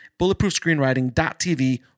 bulletproofscreenwriting.tv